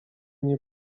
nie